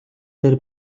дээр